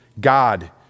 God